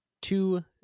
two